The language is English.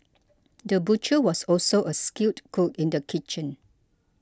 the butcher was also a skilled cook in the kitchen